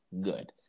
good